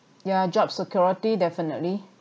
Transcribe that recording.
yeah job security definitely